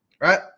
Right